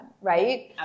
right